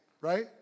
right